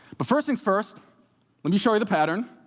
but first things first let me show you the pattern.